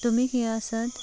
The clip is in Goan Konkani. तुमी खंय आसात